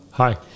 Hi